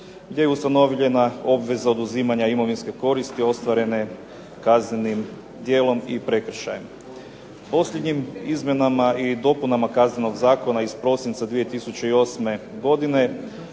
te je ustanovljena obveza oduzimanja imovinske koristi kaznenim djelom i prekršajem. Posljednjim izmjenama i dopunama Kaznenog zakona iz 2008. godine